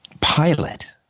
pilot